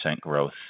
growth